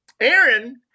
Aaron